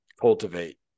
cultivate